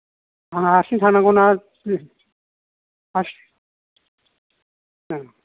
आंहा हारसिं थांनांगौना हारसिं उम